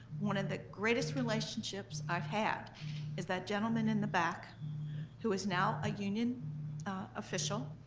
one of the greatest relationships i've had is that gentleman in the back who is now a union official,